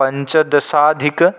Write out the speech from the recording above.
पञ्चदशाधिक